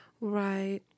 Right